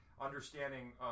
understanding